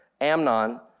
Amnon